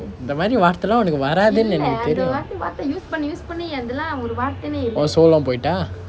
இந்த மாதிரி வார்த்தை எல்லாம் உனக்கு வராதுன்னு எனக்கு தெரியும் உன்:intha maathiri vaarthai ellaam unakku varaathunnu enakku theriyum un soul வும் போய்ட்டா:vum poitaa